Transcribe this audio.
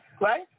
Right